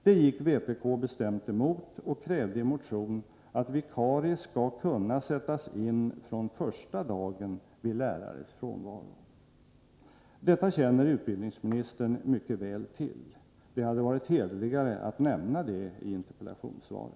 Det gick vpk bestämt emot och krävde i motion att vikarie skall kunna sättas in från första dagen vid lärares frånvaro. Detta känner utbildningsministern mycket väl till. Det hade varit hederligare att nämna det i interpellationssvaret.